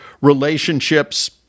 relationships